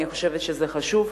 אני חושבת שזה חשוב.